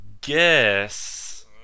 guess